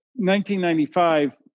1995